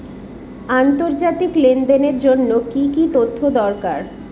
আন্তর্জাতিক লেনদেনের জন্য কি কি তথ্য দরকার?